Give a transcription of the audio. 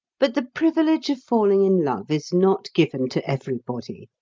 but the privilege of falling in love is not given to everybody,